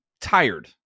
tired